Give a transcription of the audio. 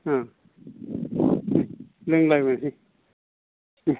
औ लोंलायबोनोसै औ